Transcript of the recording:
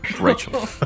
Rachel